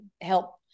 help